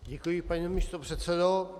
Děkuji, pane místopředsedo.